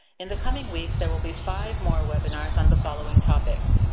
in the coming weeks, there will be five more webinars on the following topics,